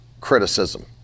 criticism